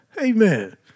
Amen